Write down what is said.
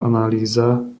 analýza